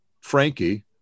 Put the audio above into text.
Frankie